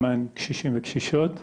למען קשישים וקשישות,